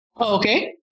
Okay